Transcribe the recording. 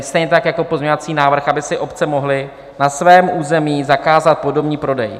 Stejně tak jako pozměňovací návrh, aby si obce mohly na svém území zakázat podomní prodej.